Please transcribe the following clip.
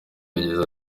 yagize